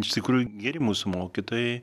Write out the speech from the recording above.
iš tikrųjų geri mūsų mokytojai